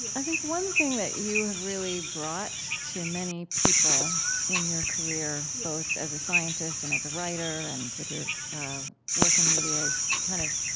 i think one thing that you have really brought to many people in your career, both as a scientist and as a writer, and with your work in medias, kind of